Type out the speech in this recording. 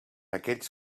aquests